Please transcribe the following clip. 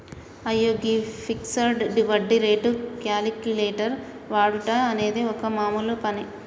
అయ్యో గీ ఫిక్సడ్ వడ్డీ రేటు క్యాలిక్యులేటర్ వాడుట అనేది ఒక మామూలు పని